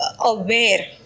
aware